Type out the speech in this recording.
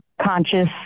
conscious